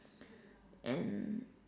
and